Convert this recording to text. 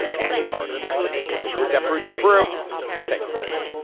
ash carter for depp bridge opera and thanks for listening